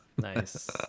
Nice